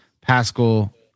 Pascal